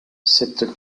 cette